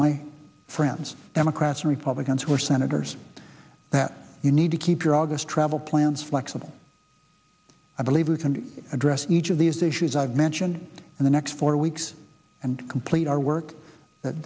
my friends democrats and republicans who are senators that you need to keep your august travel plans flexible i believe you can address each of these issues i've mentioned in the next four weeks and complete our work